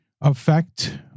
effect